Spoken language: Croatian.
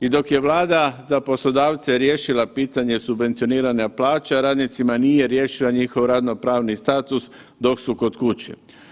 I dok je Vlada za poslodavce riješila pitanje subvencioniranja plaća radnicima nije riješila njihov radno-pravni status dok su kod kuće.